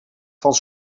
van